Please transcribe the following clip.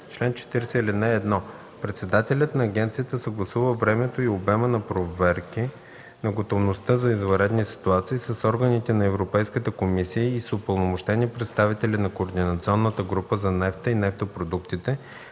„Чл. 40. (1) Председателят на агенцията съгласува времето и обема на проверки на готовността за извънредни ситуации с органите на Европейската комисия и с упълномощени представители на Координационната група за нефта и нефтопродуктите,